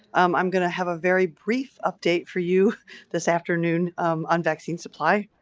um i'm going to have a very brief update for you this afternoon um on vaccine supply.